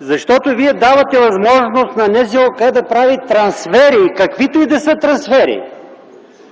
Защото вие давате възможност на НЗОК да прави трансфери, каквито и да са трансфери.